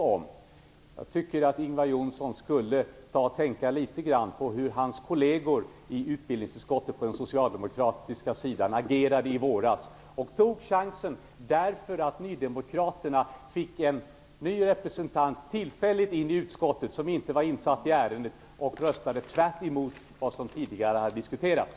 Jag tycker att Ingvar Johnsson skulle tänka litet grand på hur hans kolleger på den socialdemokratiska sidan i utbildningsutskottet agerade i våras. De tog chansen därför att nydemokraterna tillfälligt fick en ny representant i utskottet som inte var insatt i ärendet och röstade tvärtemot vad som tidigare hade diskuterats.